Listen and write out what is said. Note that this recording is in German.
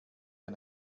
ein